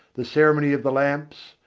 the ceremony of the lamps,